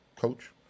coach